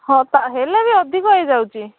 ହଁ ତା'ହେଲେ ବି ଅଧିକ ହେଇଯାଉଛି